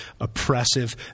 oppressive